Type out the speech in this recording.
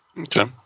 Okay